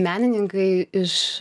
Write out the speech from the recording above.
menininkai iš